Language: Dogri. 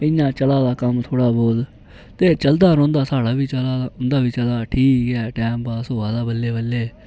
इयां गेै चला दा कम्म थोह्ड़ा बहुत ते चलदा रौहंदा साढ़ा बी चला दा उंदा बी चला दा ठीक ऐ टाइमपास होआ दा बल्लें बल्लें